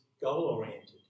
goal-oriented